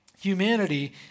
humanity